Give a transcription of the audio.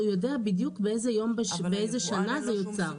יודע בדיוק באיזו שנה זה יוצר.